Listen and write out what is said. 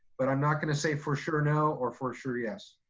but i'm not going to say for sure no or for sure yes.